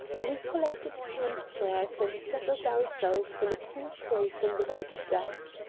we collected camp-chairs and settled ourselves in a cool place on the boat deck.